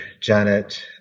Janet